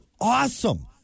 awesome